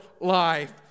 life